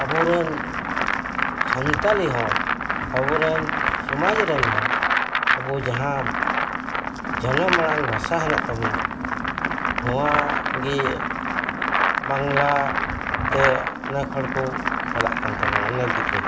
ᱟᱵᱚᱨᱮᱱ ᱥᱟᱱᱛᱟᱞᱤ ᱦᱚᱲ ᱟᱵᱚᱨᱮᱱ ᱥᱚᱢᱟᱡᱽ ᱨᱮᱱ ᱦᱚᱲ ᱟᱵᱚ ᱡᱟᱦᱟᱸ ᱡᱟᱱᱟᱢ ᱟᱲᱟᱝ ᱵᱷᱟᱥᱟ ᱦᱮᱱᱟᱜ ᱛᱟᱵᱚᱱᱟ ᱱᱚᱣᱟᱜᱮ ᱵᱟᱝᱞᱟ ᱛᱮ ᱚᱱᱮᱠ ᱦᱚᱲ ᱠᱚ ᱪᱟᱞᱟᱜ ᱠᱟᱱ ᱛᱟᱵᱚᱱᱟ ᱚᱱᱮᱠ ᱜᱤᱫᱽᱨᱟᱹ